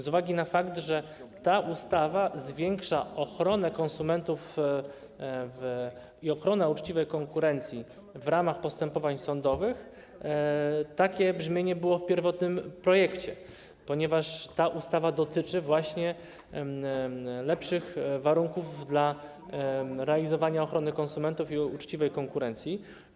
Z uwagi na fakt, że ustawa zwiększa ochronę konsumentów i ochronę uczciwej konkurencji w ramach postępowań sądowych, takie brzmienie było w pierwotnym projekcie, ponieważ ustawa dotyczy właśnie lepszych warunków realizowania ochrony konsumentów i uczciwej konkurencji.